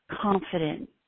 confident